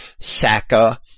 Saka